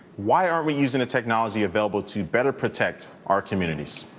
why aren't we using the technology available to better protect our communities?